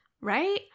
right